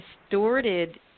distorted